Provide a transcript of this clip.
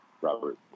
robert